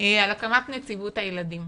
על הקמת נציבות הילדים.